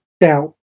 doubt